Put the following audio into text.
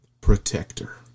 protector